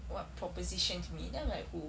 what proposition to me then I'm like who